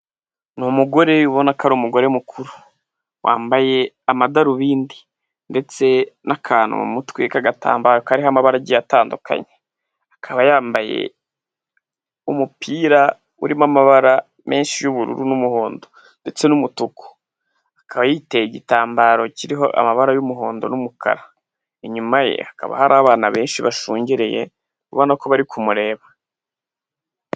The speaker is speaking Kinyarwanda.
Ni umugore ubona ko ari umugore mukuru wambaye amadarubindi ndetse n'akantu mu mutwe k'agatambaro kariho amabara agiye atandukanye, akaba yambaye umupira urimo amabara menshi y'ubururu n'umuhondo ndetse n'umutuku. Akaba yiteye igitambaro kiriho amabara y'umuhondo n'umukara, inyuma ye hakaba hari abana benshi bashungereye ubona ko bari kumureba.